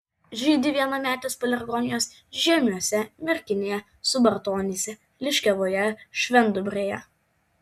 žydi vienametės pelargonijos žiemiuose merkinėje subartonyse liškiavoje švendubrėje